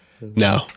No